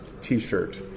T-shirt